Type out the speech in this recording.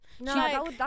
no